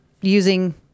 using